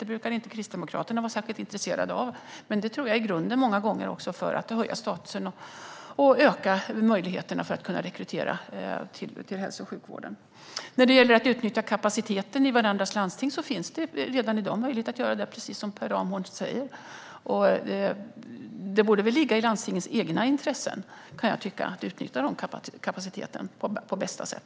Det brukar inte Sverigedemokraterna vara särskilt intresserade av, men många gånger är det grunden för att höja statusen och öka möjligheterna att rekrytera till hälso och sjukvården. När det gäller att utnyttja kapaciteten hos andra landsting finns det redan i dag möjlighet att göra detta, precis som Per Ramhorn sa. Det borde ligga i landstingens eget intresse att utnyttja kapaciteten på bästa sätt.